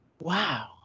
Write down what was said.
Wow